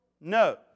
No